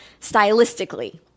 stylistically